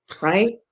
right